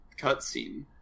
cutscene